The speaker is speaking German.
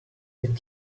den